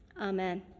Amen